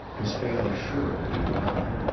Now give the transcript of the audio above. was fairly sure to be drama.